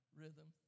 rhythm